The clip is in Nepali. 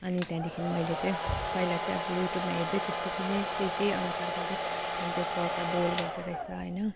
अनि त्याँदेखि मैले चाहिँ पहिला चाहिँ अब युट्युबमा हेर्दै त्यस त्यति नै त्यही त्यही अनुसार गरेँ त्यहाँ त्यो पर्कलाई बोइल गर्दो रहेछ होइन